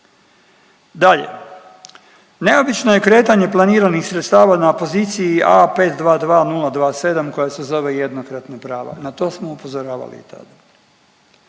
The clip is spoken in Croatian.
Dalje, neobično je kretanje planiranih sredstava na poziciji A522027 koja se zove jednokratna prava. Na to smo upozoravali i tada.